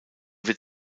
wird